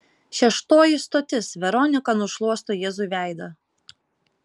šeštoji stotis veronika nušluosto jėzui veidą